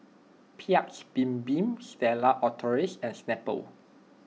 Paik's Bibim Stella Artois and Snapple